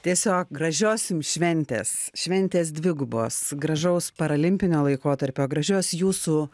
tiesiog gražios jums šventės šventės dvigubos gražaus paralimpinio laikotarpio gražios jūsų